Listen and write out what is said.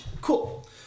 Cool